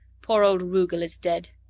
poor old rugel is dead.